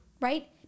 Right